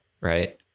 Right